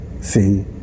See